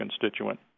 constituent